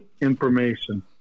information